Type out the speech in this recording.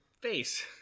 face